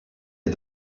est